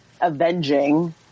avenging